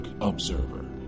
observer